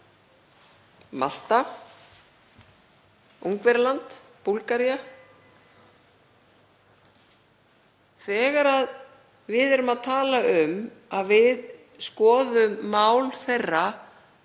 Möltu, Ungverjalandi, Búlgaríu. Þegar við erum að tala um að við skoðum mál þeirra